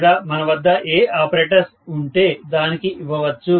లేదా మనవద్ద ఏ ఆపరేటస్ ఉంటే దానికి ఇవ్వొచ్చు